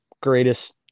greatest